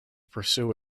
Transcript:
pursue